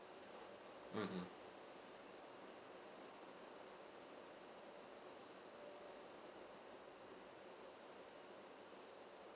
mmhmm